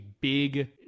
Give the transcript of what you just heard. big